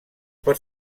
pot